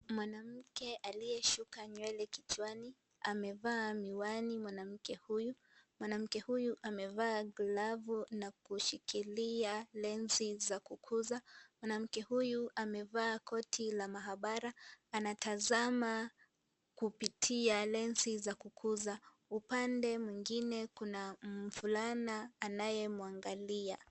Mwanamke aliyeshuka nywele kichwani amevaa miwani mwanamke huyu. Mwanamke huyu amevaa glavu na kushikilia lenzi za kukuza. Mwanamke huyu amevaa koti la mahabara anatazama kupitia lenzi za kukuza. Upande mwengine kuna mvulana anayemwangalia.